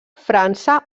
frança